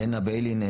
הלנה ביילין,